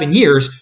years